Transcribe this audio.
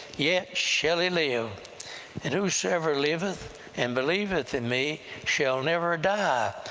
yet shall he live and whosoever liveth and believeth in me shall never die.